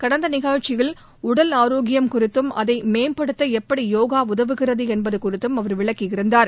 கடந்த நிகழ்ச்சியில் உடல் ஆரோக்கியம் குறித்தும் அதை மேம்படுத்த எப்படி யோகா உதவுகிறது என்பது குறித்தும் அவர் விளக்கியிருந்தார்